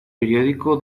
periódico